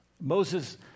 Moses